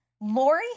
Lori